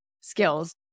skills